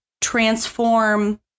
transform